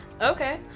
Okay